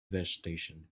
vegetation